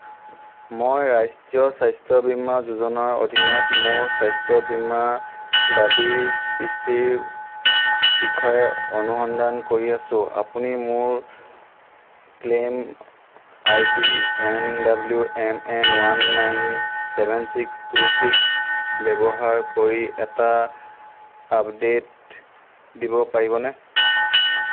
মই ৰাষ্ট্ৰীয় স্বাস্থ্য বীমা যোজনাৰ অধীনত মোৰ স্বাস্থ্য বীমা দাবীৰ স্থিতিৰ বিষয়ে অনুসন্ধান কৰি আছোঁ আপুনি মোৰ claim I D N W M N one nine seven six two six ব্যৱহাৰ কৰি এটা আপডে'ট দিব পাৰিবনে